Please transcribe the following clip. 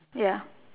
ya